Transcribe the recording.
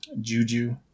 juju